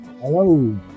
Hello